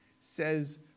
says